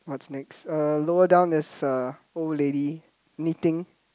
what's next uh lower down there is a old lady knitting